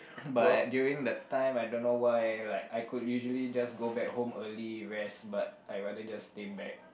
but during the time I don't know why like I could usually just go back home earlier rest but I rather just stay back